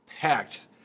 packed